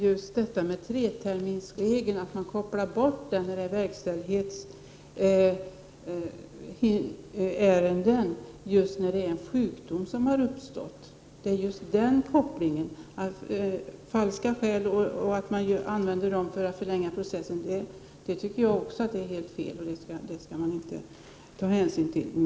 Fru talman! Vad jag reagerar mot är att man i verkställighetsärenden kopplar bort treterminsregeln just när en sjukdom har uppstått. Att falska skäl används för att förlänga processen tycker jag också är helt fel; sådana skäl skall man inte ta hänsyn till.